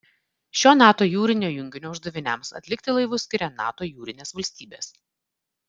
šio nato jūrinio junginio uždaviniams atlikti laivus skiria nato jūrinės valstybės